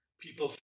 people